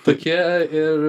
tokie ir